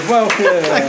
Welcome